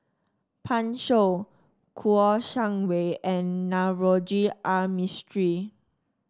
Pan Shou Kouo Shang Wei and Navroji R Mistri